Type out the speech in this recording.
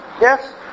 Yes